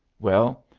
well,